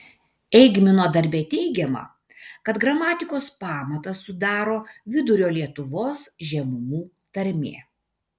eigmino darbe teigiama kad gramatikos pamatą sudaro vidurio lietuvos žemumų tarmė